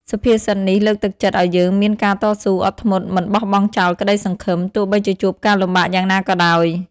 សុភាសិតនេះលើកទឹកចិត្តឱ្យយើងមានការតស៊ូ អត់ធ្មត់ មិនបោះបង់ចោលក្តីសង្ឃឹម ទោះបីជួបការលំបាកយ៉ាងណាក៏ដោយ។